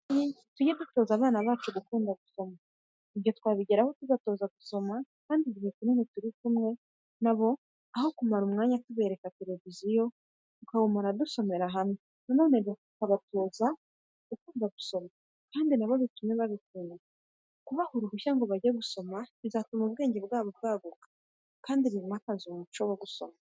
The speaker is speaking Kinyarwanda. Babyeyi tuge dutoza abana bacu gukunda gusoma. Ibyo twabigeraho tubatoza gusoma kandi igihe turi kumwe na bo, aho kumara umwanya turebera televiziyo, tukawumara dusomera hamwe. Na none bizabatoza gukunda gusoma kandi na bo bitume babikunda. Kubaha uruhushya ngo bajye gusoma bizatuma ubwenge bwabo bukanguka kandi bimakaze uwo muco.